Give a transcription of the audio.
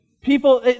people